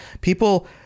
People